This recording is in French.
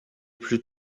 plus